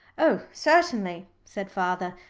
oh certainly, said father.